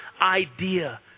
idea